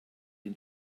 den